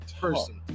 person